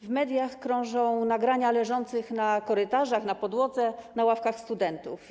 W mediach krążą nagrania pokazujące leżących na korytarzach, na podłodze, na ławkach studentów.